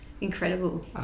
incredible